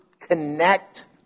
connect